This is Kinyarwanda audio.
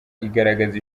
igaragaza